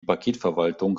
paketverwaltung